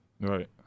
Right